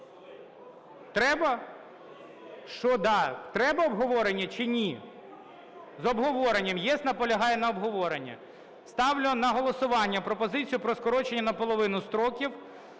залі) Що – да? Треба обговорення чи ні? З обговоренням. "ЄС" наполягає на обговоренні. Ставлю на голосування пропозицію про скорочення наполовину строків...